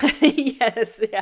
yes